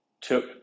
took